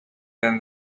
than